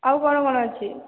ଆଉ କ'ଣ କ'ଣ ଅଛି